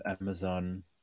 Amazon